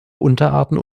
unterarten